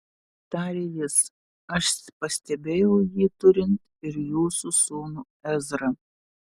tarė jis aš pastebėjau jį turint ir jūsų sūnų ezrą